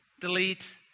delete